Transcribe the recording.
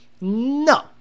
No